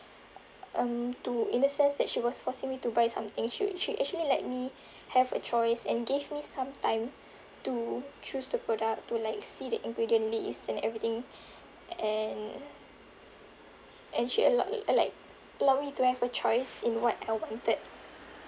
um to in a sense that she was forcing me to buy something she she actually let me have a choice and gave me some time to choose the product to like see the ingredient list and everything and and she allowed uh like allowed me to have a choice in what I wanted